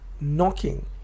knocking